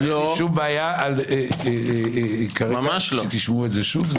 אבל אין לי שום בעיה כרגע שתשמעו את זה שוב.